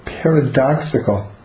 paradoxical